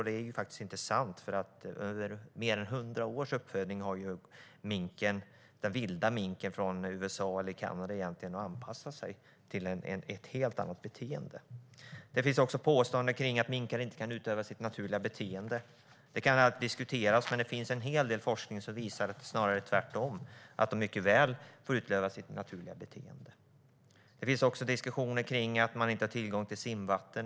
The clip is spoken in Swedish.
Det är faktiskt inte sant, för under mer än hundra års uppfödning har den vilda minken från USA eller Kanada anpassat sig till ett helt annat beteende. Det finns påståenden om att minkar inte kan utöva sitt naturliga beteende. Det kan alltid diskuteras, men det finns en hel del forskning som visar att det snarare är tvärtom - att de mycket väl kan utöva sitt naturliga beteende. Det finns också påståenden om att minkar inte har tillgång till simvatten.